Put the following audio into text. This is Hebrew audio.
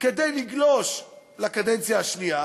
כדי לגלוש לקדנציה השנייה.